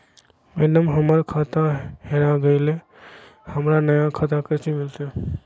madam, हमर खाता हेरा गेलई, हमरा नया खाता कैसे मिलते